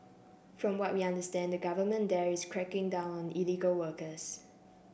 from what we understand the government there is cracking down illegal workers